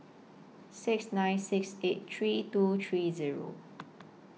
six nine six eight three two three Zero